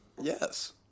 Yes